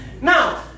now